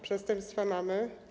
Przestępstwa mamy?